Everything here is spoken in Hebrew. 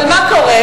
אבל מה קורה?